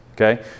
Okay